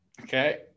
okay